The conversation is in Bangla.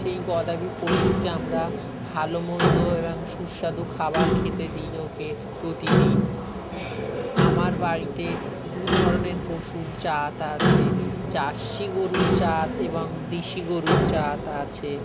সেই গবাদি পশুকে আমরা ভালো মন্দ এবং সুস্বাদু খাবার খেতে দিই ওকে প্রতিদিন আমার বাড়িতে দু ধরনের পশুর জাত আছে জার্সি গোরুর জাত এবং দেশি গোরুর জাত আছে